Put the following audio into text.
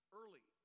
early